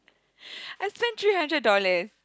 I spent three hundred dollars